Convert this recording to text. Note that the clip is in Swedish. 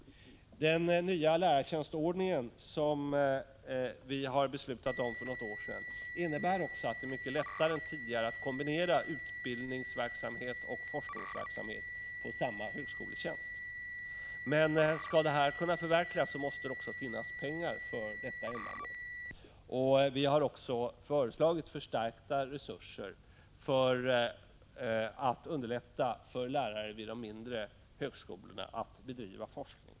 Den nya lärartjänstordning som vi fattade beslut om för något år sedan innebär också att det nu är mycket lättare än tidigare att kombinera utbildningsverksamhet med forskningsverksamhet på samma högskoletjänst. Men om detta skall kunna förverkligas måste det också finnas pengar för ändamålet. Vi har föreslagit förstärkta resurser för att underlätta för lärare vid de mindre högskolorna att bedriva forskning.